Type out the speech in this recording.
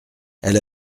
elle